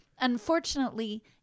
unfortunately